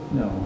no